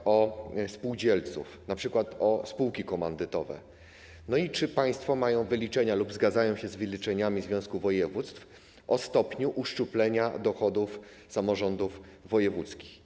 Np. o spółdzielców, o spółki komandytowe, no i czy państwo mają wyliczenia lub zgadzają się z wyliczeniami związku województw dotyczącym stopnia uszczuplenia dochodów samorządów wojewódzkich.